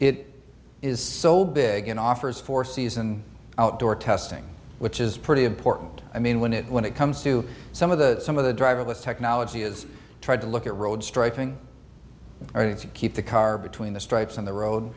it is so big and offers for season outdoor testing which is pretty important i mean when it when it comes to some of the some of the driverless technology has tried to look at road striping we are going to keep the car between the stripes on the road